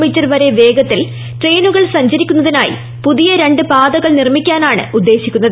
me വരെ വേഗത്തിൽ ട്രെയിനു കൾ സഞ്ചരിക്കുന്നതിനായി പുതിയ രണ്ട് പാതകൾ നിർമിക്കാനാണ് ഉദ്ദേശിക്കുന്നത്